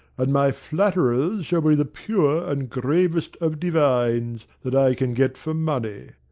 and my flatterers shall be the pure and gravest of divines, that i can get for money.